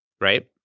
right